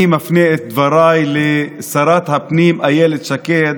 אני מפנה את דבריי לשרת הפנים אילת שקד.